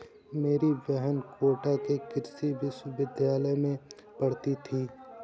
मेरी बहन कोटा के कृषि विश्वविद्यालय में पढ़ती थी